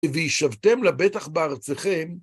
וישבתם לבטח בארצכם